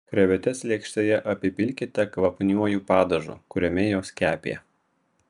krevetes lėkštėje apipilkite kvapniuoju padažu kuriame jos kepė